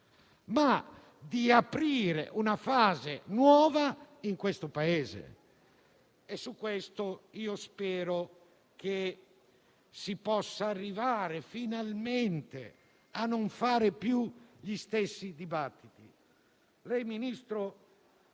ma di apertura di una fase nuova nel Paese. Su questo spero che si possa arrivare finalmente a non fare più gli stessi dibattiti. Lei, Ministro,